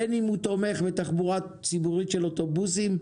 בין אם הוא תומך בתחבורה ציבורית של אוטובוסים,